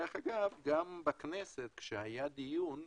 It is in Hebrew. גם בכנסת כשהיה דיון,